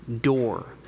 door